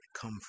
come